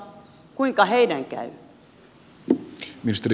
kuinka heidän käy